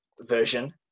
version